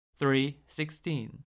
3.16